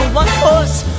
one-horse